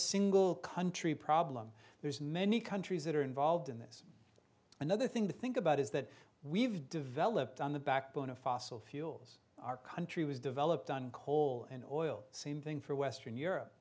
single country problem there's many countries that are involved in this another thing to think about is that we've developed on the backbone of fossil fuels our country was developed on coal and oil same thing for western europe